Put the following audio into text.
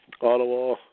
Ottawa